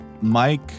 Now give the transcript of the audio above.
mike